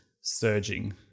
surging